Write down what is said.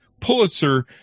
Pulitzer